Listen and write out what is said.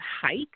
height